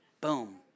Boom